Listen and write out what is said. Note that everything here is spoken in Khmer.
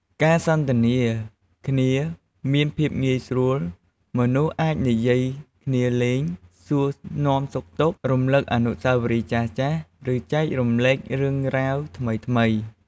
ការសន្ទនាគ្នាមានភាពងាយស្រួល មនុស្សអាចនិយាយគ្នាលេង សួរនាំសុខទុក្ខ រំលឹកអនុស្សាវរីយ៍ចាស់ៗ ឬចែករំលែករឿងរ៉ាវថ្មីៗ។